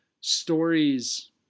stories